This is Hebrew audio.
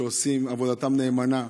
שעושים עבודתם נאמנה.